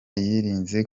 yirinze